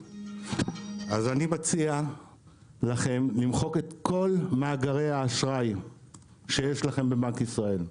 אז אני מציע לכם למחוק את כל מאגרי האשראי שיש לכם בבנק ישראל.